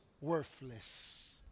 worthless